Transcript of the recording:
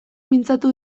mintzatu